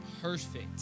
Perfect